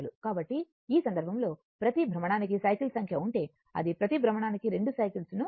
కాబట్టి ఈ సందర్భంలో ప్రతి భ్రమణానికి సైకిల్స్ సంఖ్య అంటే అది ప్రతి భ్రమణానికి 2 సైకిల్స్ ను చేస్తుంది